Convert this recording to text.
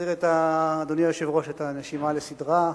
אדוני היושב-ראש, נחזיר את הנשימה לסדרה.